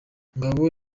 ngabo